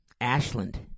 Ashland